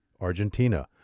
Argentina